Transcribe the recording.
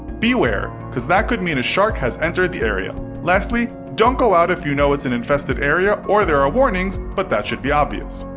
beware, cos that could mean a shark has entered the area. lastly, don't go out if you know it's an infested area or there are warnings, but that should be obvious.